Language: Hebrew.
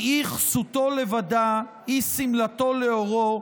כי הוא כסותו לבדה הוא שמלתו לערו.